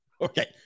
Okay